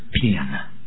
piano